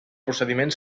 procediment